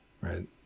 right